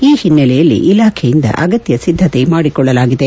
ಈ ಹಿನ್ನಲೆಯಲ್ಲಿ ಇಲಾಖೆಯಿಂದ ಅಗತ್ಯ ಸಿದ್ದತೆ ಮಾಡಿಕೊಳ್ಳಲಾಗಿದೆ